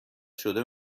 شده